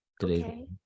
Today